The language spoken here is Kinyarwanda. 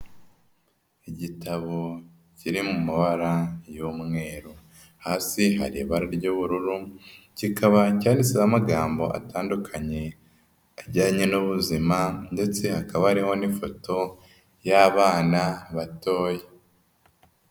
Igitabo kiri mu mabara y'umweru, hasi hari ibara ry'ubururu, kikaba cyanditseho amagambo atandukanye ajyanye n'ubuzima ndetse hakaba ariho n'ifoto y'abana batoya.